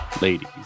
Ladies